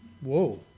Whoa